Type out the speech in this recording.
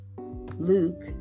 Luke